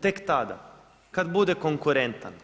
tek tada kada bude konkurentan.